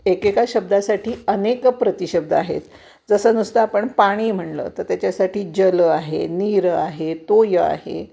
एकेका शब्दासाठी अनेक प्रतिशब्द आहेत जसं नुसतं आपण पाणी म्हटलं तर त्याच्यासाठी जल आहे नीर आहे तोय आहे